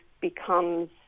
becomes